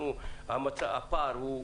הפער הוא...